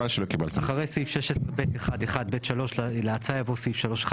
אחרי סעיף 16(ב1)(1)(ב)(3) להצעה יבוא סעיף (3)(1),